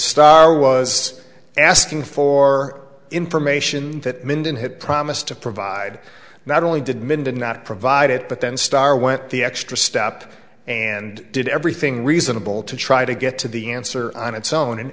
starr was asking for information that mindon had promised to provide not only did min did not provide it but then starr went the extra step and did everything reasonable to try to get to the answer on its own and